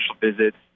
visits